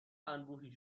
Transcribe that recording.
انبوهی